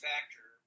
Factor